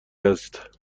است